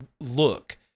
look